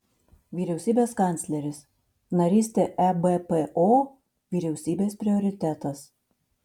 vyriausybės kancleris narystė ebpo vyriausybės prioritetas